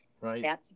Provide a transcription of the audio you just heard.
right